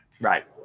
Right